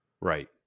Right